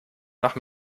nach